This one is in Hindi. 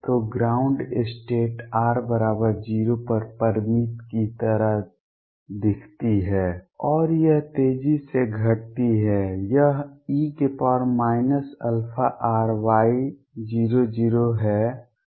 तो ग्राउंड स्टेट r 0 पर परिमित की तरह दिखती है और यह तेजी से घटती है यह e αrY00 है